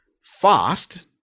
fast